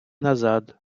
назад